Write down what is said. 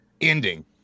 ending